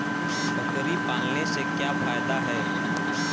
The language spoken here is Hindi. बकरी पालने से क्या फायदा है?